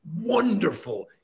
wonderful